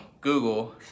google